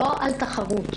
לא על תחרות.